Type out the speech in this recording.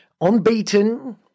Unbeaten